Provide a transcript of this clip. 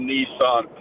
Nissan